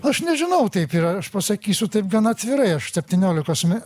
aš nežinau taip ir aš pasakysiu taip gana atvirai aš septyniolikos me